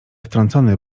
wtrącony